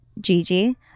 Gigi